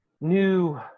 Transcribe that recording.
new